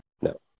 no